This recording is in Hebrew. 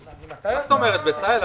אז אנחנו נצביע נגד ההצעה הזאת.